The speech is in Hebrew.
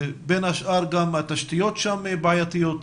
ובין השאר גם התשתיות שם בעייתיות.